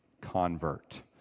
convert